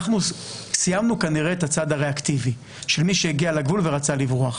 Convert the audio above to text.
אנחנו סיימנו כנראה את הצד הריאקטיבי של מי שהגיע לגבול ורצה לברוח.